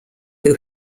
who